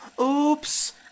Oops